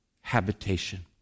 habitation